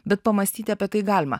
bet pamąstyti apie tai galima